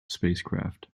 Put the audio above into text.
spacecraft